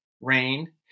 rain